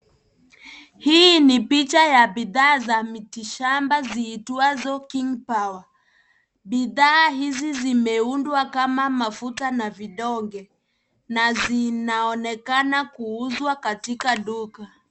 Hii ni picha ya bidhaa za miti shamba ziitwazo king power , bidhaa hizi zimeundwa kama mafuta na vidonge na vinaonekana kuuzwa katika duka.